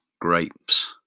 grapes